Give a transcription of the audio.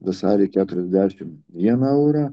vasarį keturiasdešim vieną eurą